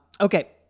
Okay